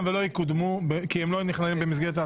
ולא יקודמו כי הם לא נכללים במסגרת ההסכמות.